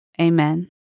amen